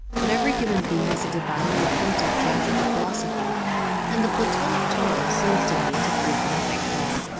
but every human being is a divinely appointed judge of the philosophy and the platonic tone seems to me to prove nothing at all.